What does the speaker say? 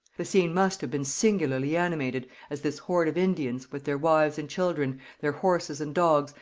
the scene must have been singularly animated as this horde of indians, with their wives and children, their horses and dogs,